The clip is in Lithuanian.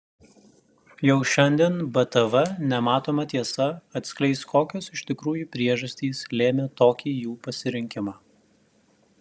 jau šiandien btv nematoma tiesa atskleis kokios iš tikrųjų priežastys lėmė tokį jų pasirinkimą